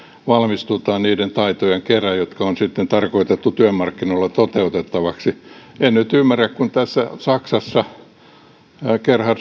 valmistutaan niiden taitojen kera jotka on sitten tarkoitettu työmarkkinoilla toteutettavaksi en nyt ymmärrä että kun saksassa liittokansleri gerhard